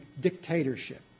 dictatorship